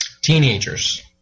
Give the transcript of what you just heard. teenagers